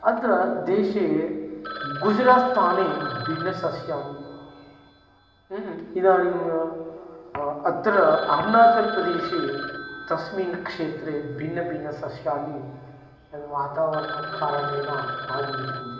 अत्र देशे गुजरात् स्थने भिन्न सस्यानि इदानीं म् अत्र अरुणाचलप्रदेशे तस्मिन् क्षेत्रे भिन्न भिन्न सस्यानि तत्र वातावरणकारणेन आगमिष्यन्ति